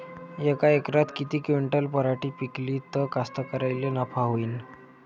यका एकरात किती क्विंटल पराटी पिकली त कास्तकाराइले नफा होईन?